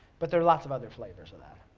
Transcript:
but there are lots of other flavors of that.